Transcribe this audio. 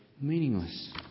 meaningless